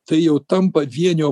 tai jau tampa vienio